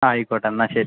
ആയിക്കോട്ടെ എന്നാൽ ശരി